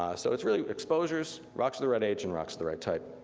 ah so it's really exposures, rocks of the right age, and rocks of the right type.